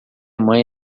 mãe